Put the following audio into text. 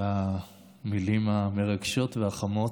על המילים המרגשות והחמות.